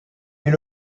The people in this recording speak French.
est